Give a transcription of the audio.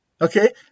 Okay